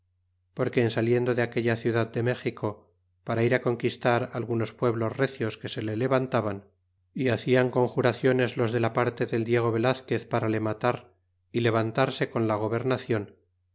porque en saliendo de aquella ciudad de méxico para ir á conquistar algunos pueblos recios que se le levantaban y hacian conjuraciones los de la parte del diego velazquez para le matar y levantarse con la gobernacion